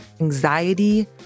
Anxiety